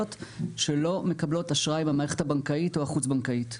שלא מקבלות אשראי במערכת הבנקאית או החוץ בנקאית.